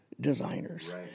designers